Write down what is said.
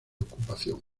ocupación